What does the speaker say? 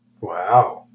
Wow